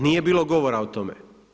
Nije bilo govora o tome.